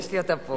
יש לי אותה פה.